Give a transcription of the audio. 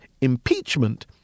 impeachment